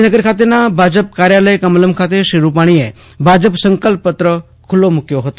ગાંધીનગર ખાતેના ભાજપ કાર્યાલય કમલમ ખાતે શ્રી રૂપાણીએ ભાજપ સંકલ્પપત્ર ખુલ્લો મુક્યો હતો